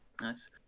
Nice